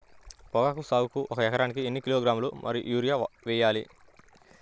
పొగాకు సాగుకు ఒక ఎకరానికి ఎన్ని కిలోగ్రాముల యూరియా వేయాలి?